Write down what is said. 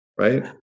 right